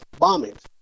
bombings